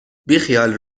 بیخیال